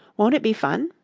won't it be fun?